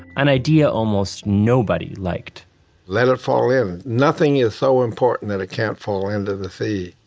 an idea almost nobody liked let it fall in. nothing is so important that it can't fall into the sea.